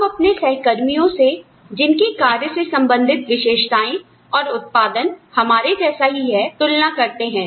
हम अपने सह कर्मियों से जिनकी कार्य से संबंधित विशेषताएँ और उत्पादन हमारे जैसा ही हैं तुलना करते हैं